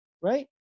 Right